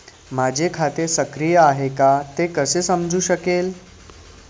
माझे खाते सक्रिय आहे का ते कसे समजू शकेल?